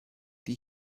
die